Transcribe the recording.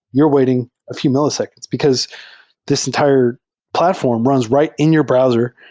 you're waiting a few mil liseconds, because this entire platform runs right in your browser.